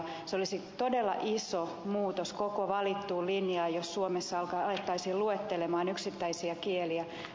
se olisi todella iso muutos koko valittuun linjaan jos suomessa alettaisiin luetella yksittäisiä vähemmistökieliä